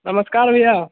नमस्कार भैआ